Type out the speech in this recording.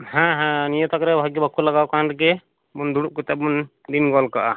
ᱦᱮᱸ ᱦᱮᱸ ᱱᱤᱭᱟᱹ ᱛᱟᱠ ᱨᱮ ᱵᱷᱟᱜᱮ ᱵᱟᱠᱚ ᱞᱟᱜᱟᱣ ᱠᱟᱱ ᱨᱮᱜᱮ ᱵᱚᱱ ᱫᱩᱲᱩᱵ ᱠᱟᱛᱮᱫ ᱵᱚᱱ ᱫᱤᱱ ᱜᱚᱫ ᱠᱟᱜᱼᱟ